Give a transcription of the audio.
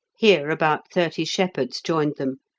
here about thirty shepherds joined them,